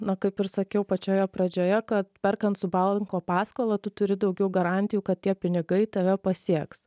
na kaip ir sakiau pačioje pradžioje ka perkant su banko paskola tu turi daugiau garantijų kad tie pinigai tave pasieks